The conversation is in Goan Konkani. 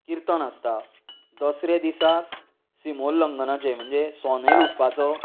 किर्तन आसता दसऱ्या दिसाक सिमोलंगनाचे म्हणजे सोने लुटपाचो